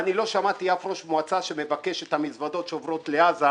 אני לא שמעתי אף ראש מועצה שמבקש שהמזוודות עם המזומנים שעוברות לעזה,